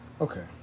Okay